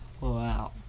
Wow